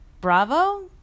Bravo